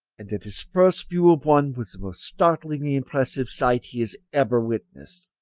and that his first view of one was the most startlingly impressive sight he has ever witnessed.